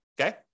Okay